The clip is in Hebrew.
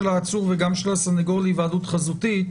העצור וגם של הסנגור להיוועדות חזותית,